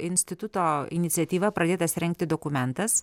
instituto iniciatyva pradėtas rengti dokumentas